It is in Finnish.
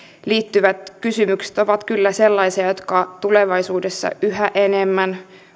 liittyvät kysymykset ovat kyllä sellaisia jotka tulevaisuudessa valitettavasti yhä enemmän